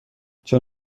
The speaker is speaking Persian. چون